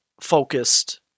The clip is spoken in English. focused